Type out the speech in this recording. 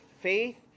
Faith